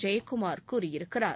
ஜெயக்குமார் கூறியிருக்கிறார்